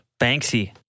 Banksy